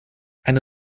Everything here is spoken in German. eine